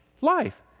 life